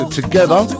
together